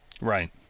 Right